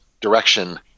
direction